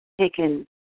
taken